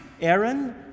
Aaron